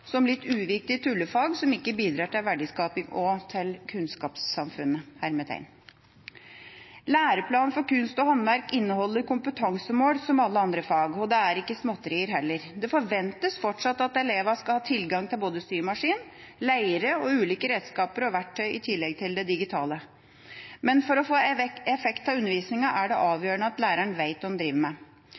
som litt uviktige tullefag som ikke bidrar til verdiskaping og til «kunnskapssamfunnet». Læreplanen for kunst og håndverk inneholder kompetansemål som andre fag, og det er ikke småtterier heller. Det forventes fortsatt at elevene skal ha tilgang til både symaskin, leire og ulike redskaper og verktøy i tillegg til det digitale. Men for å få effekt av undervisninga er det avgjørende at læreren vet hva hun driver med.